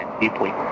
deeply